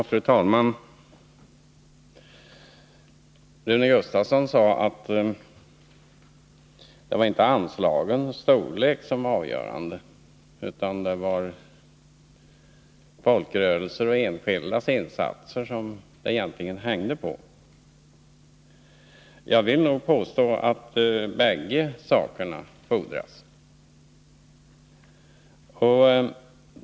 Fru talman! Rune Gustavsson sade att det inte var anslagens storlek som var avgörande, utan att det var folkrörelsers och enskildas insatser som det egentligen hängde på. Jag vill nog påstå att båda dessa saker fordras.